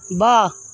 বা